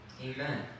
Amen